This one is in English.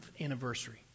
anniversary